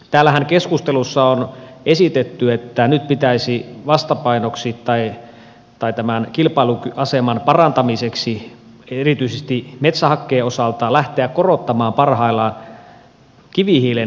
täällähän keskustelussa on esitetty että nyt pitäisi vastapainoksi tai tämän kilpailuaseman parantamiseksi erityisesti metsähakkeen osalta lähteä korottamaan parhaillaan kivihiilen verotusta